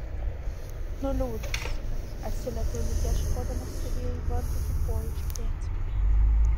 nuliūdęs atsiliepiau lyg ieškodamas savyje įvardytų pojūčių pėdsakų